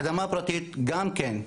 אדמה פרטית גם כן,